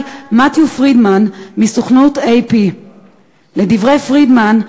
מתיו פרידמן מסוכנות AP. לדברי פרידמן,